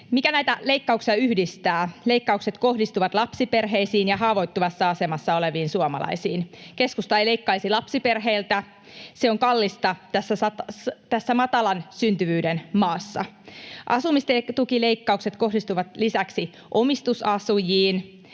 Mikä näitä leikkauksia yhdistää? Leikkaukset kohdistuvat lapsiperheisiin ja haavoittuvassa asemassa oleviin suomalaisiin. Keskusta ei leikkaisi lapsiperheiltä, se on kallista tässä matalan syntyvyyden maassa. Asumistukileikkaukset kohdistuvat lisäksi omistusasujiin,